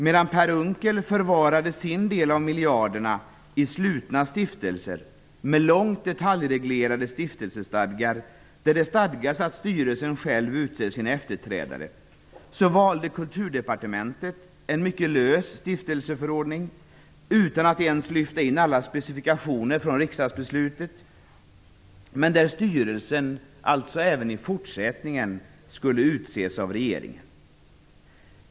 Medan Per Unckel förvarade sin del av miljarderna i slutna stiftelser med långt detaljreglerade stiftelsestadgar, där det stadgas att styrelsen själv utser sina efterträdare, valde Kulturdepartementet en mycket lös stiftelseförordning, utan att ens lyfta in alla specifikationer från riksdagsbeslutet men där styrelsen även fortsättningsvis skulle utses av regeringen.